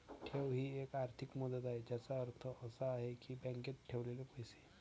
ठेव ही एक आर्थिक मुदत आहे ज्याचा अर्थ असा आहे की बँकेत ठेवलेले पैसे